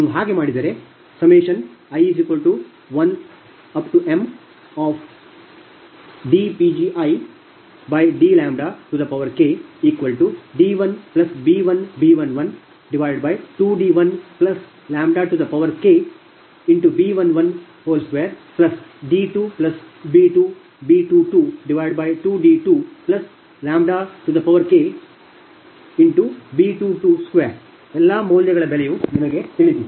ನೀವು ಹಾಗೆ ಮಾಡಿದರೆ i1mdPgidλKd1b1B112d1KB112 d2b2B222d2KB222 ಎಲ್ಲಾ ಮೌಲ್ಯಗಳ ಬೆಲೆಯು ನಿಮಗೆ ತಿಳಿದಿದೆ